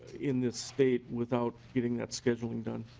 in this state without getting that scheduling done.